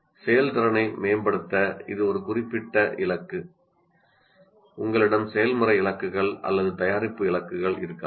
செயல்திறனை மேம்படுத்த இது ஒரு குறிப்பிட்ட இலக்கு உங்களிடம் செயல்முறை இலக்குகள் அல்லது தயாரிப்பு இலக்குகள் இருக்கலாம்